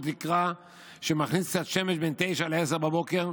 תקרה שמכניס קצת שמש בין 09:00 ל-10:00.